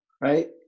right